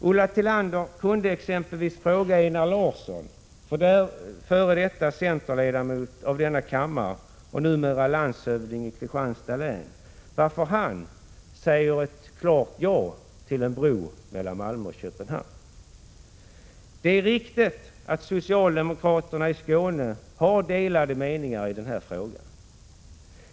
Ulla Tillander kunde exempelvis fråga Einar Larsson, f.d. ledamot av denna kammare och numera landshövding i Kristianstads län. Han säger nämligen ett klart ja till en bro mellan Malmö och Köpenhamn. Det är riktigt att socialdemokraterna i Skåne har delade meningar i den här frågan.